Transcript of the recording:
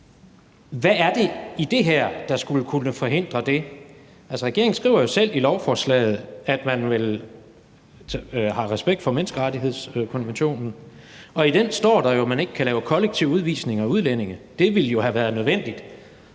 Hvad er det i det her, der skulle kunne forhindre det? Regeringen skriver selv i lovforslaget, at man har respekt for menneskerettighedskonventionen, og i den står der jo, at man ikke kan lave kollektiv udvisning af udlændinge, og det ville jo have været nødvendigt